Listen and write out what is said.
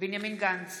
בנימין גנץ,